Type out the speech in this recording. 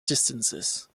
distances